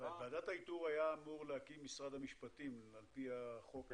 את ועדת האיתור היה אמור להקים משרד המשפטים על פי החוק הזה.